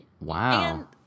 Wow